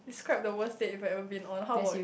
describe the worst date you've ever been on how about